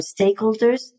stakeholders